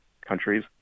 countries